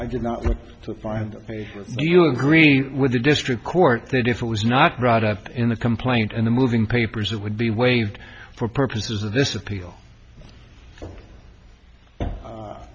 i did not want to find do you agree with the district court that if it was not brought up in the complaint in the moving papers it would be waived for purposes of this appeal